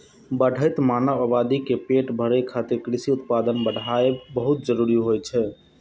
बढ़ैत मानव आबादी के पेट भरै खातिर कृषि उत्पादन बढ़ाएब बहुत जरूरी होइ छै